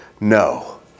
no